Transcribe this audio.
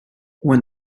when